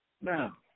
Now